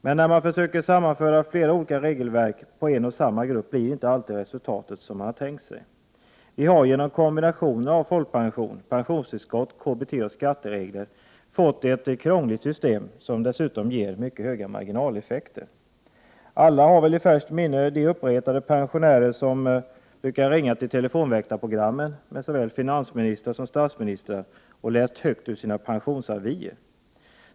Men när man försöker sammanföra flera olika regelverk på en och samma grupp blir resultatet inte alltid som man tänkt. Vi har genom kombinationen av folkpension, pensionstillskott, KBT och skatteregler fått ett krångligt system som dessutom ger mycket stora marginaleffekter. Alla har väl i färskt minne de uppretade pensionärer som brukar ringa till telefonväktarprogrammen med finansministern och statsministern och läsa högt ur sina pensionsavier.